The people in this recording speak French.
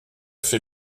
fait